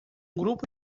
grupo